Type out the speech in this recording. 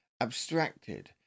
abstracted